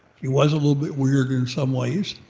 he was a little bit weirder in some ways.